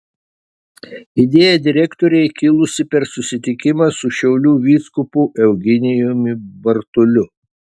idėja direktorei kilusi per susitikimą su šiaulių vyskupu eugenijumi bartuliu